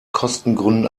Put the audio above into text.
kostengründen